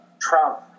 Trump